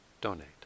Donate